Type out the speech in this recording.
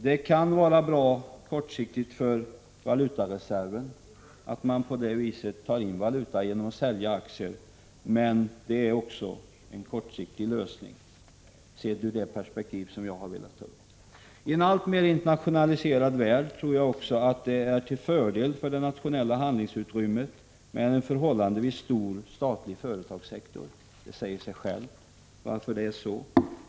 Det kan vara bra kortsiktigt för valutareserven att man tar in valuta genom att sälja aktier, men det är också en kortsiktig lösning sett ur det perspektiv som jag har velat belysa. I en allt mer internationaliserad värld är det till fördel för det nationella handlingsutrymmet med en förhållandevis stor statlig företagssektor. Det säger sig självt att det är så.